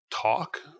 talk